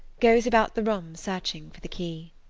goes about the room searching for the key.